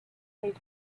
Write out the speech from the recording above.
made